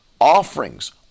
offerings